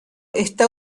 esta